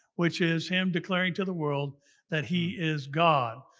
which is him declaring to the world that he is god.